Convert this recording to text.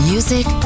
Music